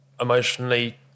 emotionally